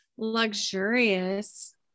luxurious